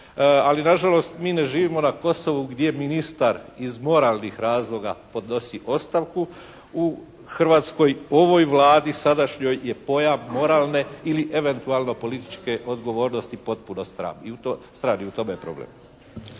ali na žalost mi ne živimo na Kosovu gdje ministar iz moralnih razloga podnosi ostavku. U hrvatskoj, ovoj Vladi sadašnjoj je pojam moralne ili eventualno političke odgovornosti potpuno stran i u tome je problem.